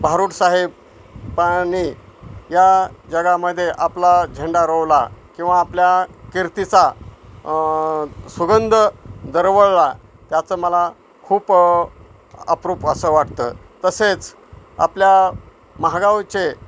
भारुडसाहेब पाणी या जगामध्ये आपला झेंडा रोवला किंवा आपल्या कीर्तीचा सुगंध दरवळला त्याचं मला खूप अप्रूप असं वाटतं तसेच आपल्या महागावचे